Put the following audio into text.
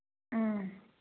ꯎꯝ